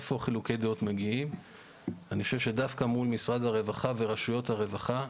חילוקי הדעות מגיעים דווקא מול משרד הרווחה ורשויות הרווחה,